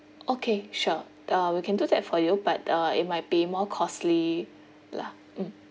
okay sure uh we can do that for you but uh it might be more costly lah mm